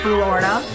Florida